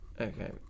Okay